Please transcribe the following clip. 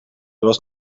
was